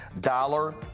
dollar